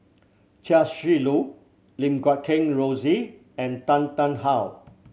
Chia Shi Lu Lim Guat Kheng Rosie and Tan Tarn How